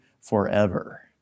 forever